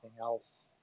else